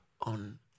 on